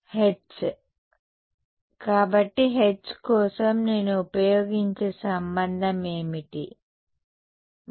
H కాబట్టి H కోసం నేను ఉపయోగించే సంబంధం ఏమిటి1μA